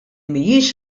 mhijiex